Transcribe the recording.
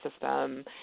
system